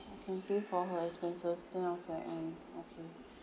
can pay for her expenses then I was like um okay